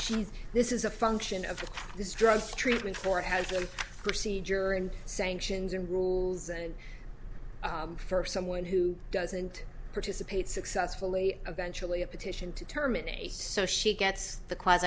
she's this is a function of this drug treatment for hasn't procedure and sanctions and rules and for someone who doesn't participate successfully eventually a petition to terminate so she gets the clo